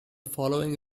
following